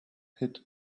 hits